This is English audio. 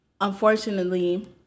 unfortunately